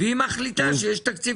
והיא מחליטה שיש תקציב